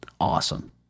awesome